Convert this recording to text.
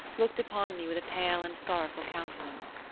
looked upon me with a pale and sorrowful countenance.